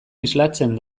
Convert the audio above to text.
islatzen